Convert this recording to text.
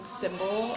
symbol